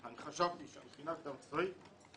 וחשבתי שמכינה קדם צבאית היא